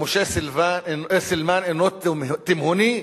שמשה סילמן אינו תימהוני,